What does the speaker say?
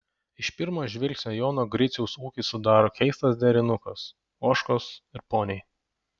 iš pirmo žvilgsnio jono griciaus ūkį sudaro keistas derinukas ožkos ir poniai